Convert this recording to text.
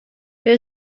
wer